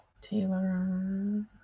Taylor